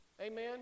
Amen